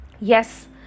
Yes